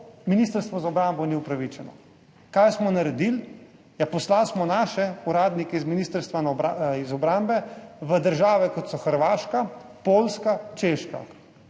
Ministrstvo za obrambo ni upravičeno. Kaj smo naredili? Poslali smo naše uradnike z Ministrstva za obrambo v države, kot so Hrvaška, Poljska, Češka